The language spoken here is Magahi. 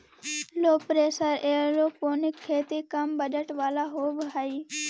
लो प्रेशर एयरोपोनिक खेती कम बजट वाला होव हई